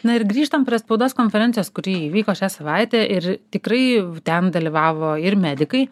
na ir grįžtam prie spaudos konferencijos kuri įvyko šią savaitę ir tikrai ten dalyvavo ir medikai